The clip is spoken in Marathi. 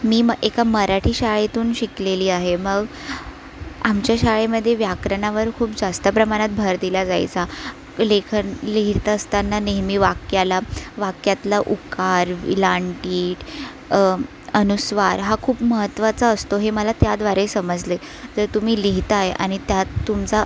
मी म् एका मराठी शाळेतून शिकलेली आहे मग आमच्या शाळेमध्ये व्याकरणावर खूप जास्त प्रमाणात भर दिला जायचा लेखन लिहीत असताना नेहमी वाक्याला वाक्यातला उकार वेलांटी अनुस्वार हा खूप महत्त्वाचा असतो हे मला त्याद्वारे समजले जर तुम्ही लिहीत आहात आणि त्यात तुमचा